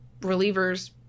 relievers